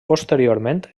posteriorment